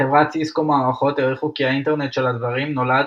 בחברת סיסקו מערכות העריכו כי האינטרנט של הדברים "נולד"